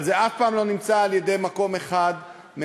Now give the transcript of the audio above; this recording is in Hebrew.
אבל זה אף פעם לא נמצא במקום אחד ממשלתי,